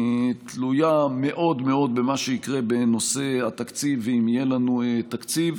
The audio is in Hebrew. תלויה מאוד מאוד במה שיקרה בנושא התקציב ואם יהיה לנו תקציב.